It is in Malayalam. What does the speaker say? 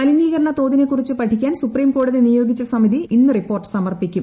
മലിനീകരണ തോതിനെ കുറിച്ച് പഠിക്കാൻ സുപ്രീംകോടതി നിയോഗിച്ച സമിതി ഇന്ന് റിപ്പോർട്ട് സമർപ്പിക്കും